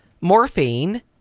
morphine